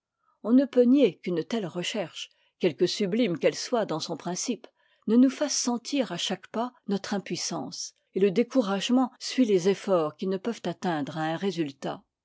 on ne peut nier qu'une telle recherche quelque sublime qu'elle soit dans son principe ne nous fasse sentir à chaque pas notre impuissance et le découragement suit les efforts qui ne peuvent atteindre à un résultat